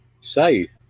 say